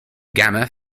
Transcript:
gamma